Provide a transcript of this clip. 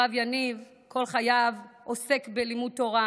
הרב יניב עוסק כל חייו בלימוד תורה